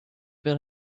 bill